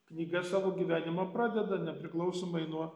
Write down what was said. knyga savo gyvenimą pradeda nepriklausomai nuo